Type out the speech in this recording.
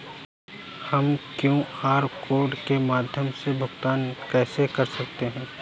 हम QR code के माध्यम से भुगतान कैसे कर सकते हैं?